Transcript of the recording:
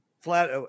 flat